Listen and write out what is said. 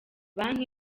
banki